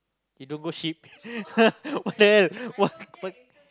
it don't go ship what the hell what what